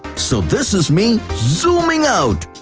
so this is me zooming out.